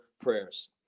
prayers